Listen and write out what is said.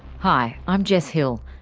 hi, i'm jess hill,